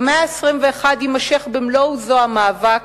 במאה ה-21 יימשך במלוא עוזו המאבק